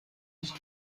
nicht